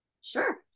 Sure